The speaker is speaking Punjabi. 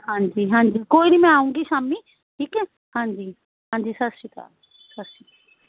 ਹਾਂਜੀ ਹਾਂਜੀ ਕੋਈ ਨਹੀ ਮੈਂ ਆਵਾਂਗੀ ਸ਼ਾਮੀ ਠੀਕ ਹੈ ਹਾਂਜੀ ਹਾਂਜੀ ਸਤਿ ਸ਼੍ਰੀ ਅਕਾਲ ਸਤਿ ਸ੍ਰੀ ਅਕਾਲ